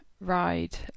ride